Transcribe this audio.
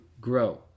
grow